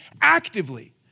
actively